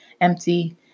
empty